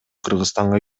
кыргызстанга